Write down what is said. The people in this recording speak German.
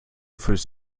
fürs